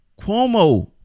Cuomo